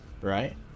right